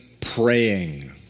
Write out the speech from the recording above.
praying